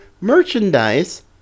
merchandise